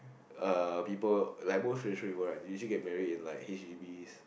uh people like more traditional people they usually get married in like h_d_b